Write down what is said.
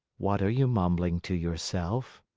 what are you mumbling to yourself?